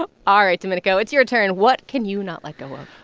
but ah right, domenico. it's your turn. what can you not let go of?